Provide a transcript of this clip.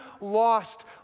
lost